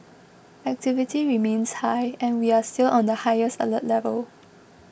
activity remains high and we are still on the highest alert level